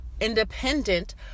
independent